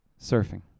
surfing